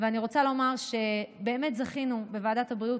ואני רוצה לומר שבאמת זכינו בוועדת הבריאות